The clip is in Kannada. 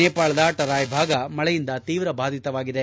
ನೇಪಾಳದ ಟರಾಯ್ ಭಾಗ ಮಳೆಯಿಂದ ತೀವ್ರ ಬಾಧಿತವಾಗಿದೆ